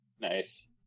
Nice